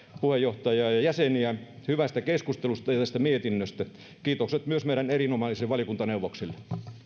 puheenjohtajaa ja jäseniä hyvästä keskustelusta ja tästä mietinnöstä kiitokset myös meidän erinomaisille valiokuntaneuvoksille